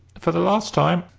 for the last time.